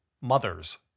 mothers